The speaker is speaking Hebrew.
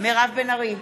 מירב בן ארי,